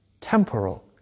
temporal